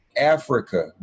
Africa